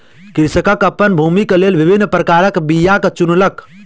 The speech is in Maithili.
कृषक अपन भूमिक लेल विभिन्न प्रकारक बीयाक चुनलक